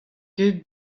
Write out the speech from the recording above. ket